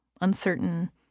uncertain